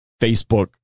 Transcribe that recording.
Facebook